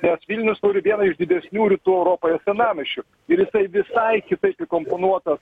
nes vilnius viena iš didesnių rytų europoje senamiesčių ir jisai visai kitaip įkomponuotas